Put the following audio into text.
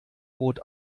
rot